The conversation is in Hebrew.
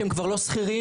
שהם כבר לא שכירים,